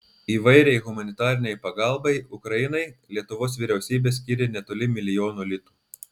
įvairiai humanitarinei pagalbai ukrainai lietuvos vyriausybė skyrė netoli milijono litų